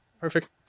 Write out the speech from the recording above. perfect